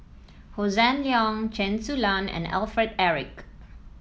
Hossan Leong Chen Su Lan and Alfred Eric